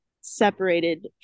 separated